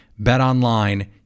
BetOnline